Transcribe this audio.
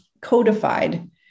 codified